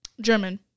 German